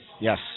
yes